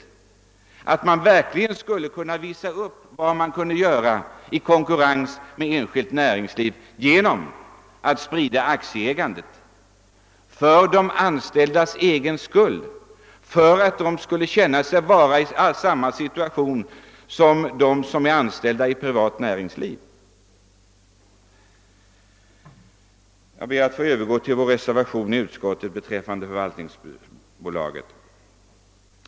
Man vill verkligen visa upp vad man skulle kunna göra i konkurrens med enskilt näringsliv genom en spridning av aktieägandet. Det skulle ske bl.a. för de anställdas egen skull och för att dessa skulle känna att de befinner sig i samma situation som de i det privata näringslivet anställda. Jag övergår nu till vår reservation beträffande förvaltningsbolaget.